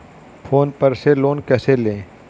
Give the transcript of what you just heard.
Phone पर से loan कैसे लें?